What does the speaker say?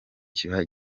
kiba